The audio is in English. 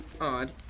Odd